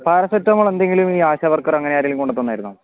paracetamol എന്തെങ്കിലും ഈ ASHA worker അങ്ങനാരെങ്കിലും കൊണ്ടതന്നായിരുന്നോ